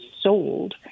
sold